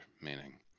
meaning